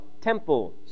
temple